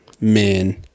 men